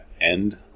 end